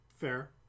Fair